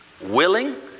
willing